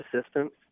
assistance